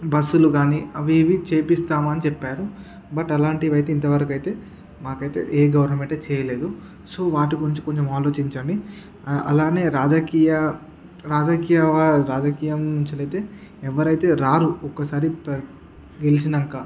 బస్సులు కాని అవేవీ చేయిస్తామని చెప్పారు బట్ అలాంటివైతే ఇంతవరకైతే మాకైతే ఏ గవర్నమెంటు చేయలేదు సో వాటి గురించి కొంచెం ఆలోచించండి అ అలానే రాజకీయ రాజకీయ రాజకీయం నుంచ్చలైతే ఎవ్వరైతే రారు ఒక్కసారి గెలిచినాక